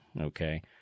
Okay